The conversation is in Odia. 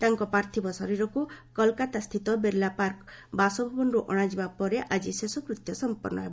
ତାଙ୍କ ପାର୍ଥିବ ଶରୀରକୁ କଲକାତାସ୍ଥିତ ବିର୍ଲା ପାର୍କ ବାସଭବନରୁ ଅଣାଯିବା ପରେ ଆଜି ଶେଷକୃତ୍ୟ ସମ୍ପନ୍ନ ହେବ